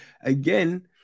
again